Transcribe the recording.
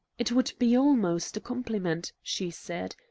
it would be almost a compliment, she said,